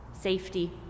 safety